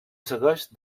segueix